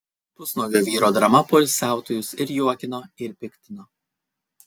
pusnuogio vyro drama poilsiautojus ir juokino ir piktino